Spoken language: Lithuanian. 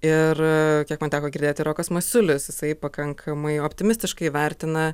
ir kiek man teko girdėti rokas masiulis jisai pakankamai optimistiškai vertina